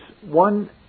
one